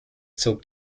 zog